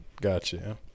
Gotcha